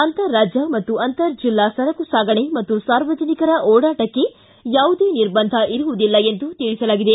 ಅಂತರ್ ರಾಜ್ಯ ಮತ್ತು ಅಂತರ್ ಜಿಲ್ಲಾ ಸರಕು ಸಾಗಣೆ ಮತ್ತು ಸಾರ್ವಜನಿಕರ ಓಡಾಟಕ್ಕೆ ಯಾವುದೇ ನಿಬರ್ಂಂಧ ಇರುವುದಿಲ್ಲ ಎಂದು ತಿಳಿಸಲಾಗಿದೆ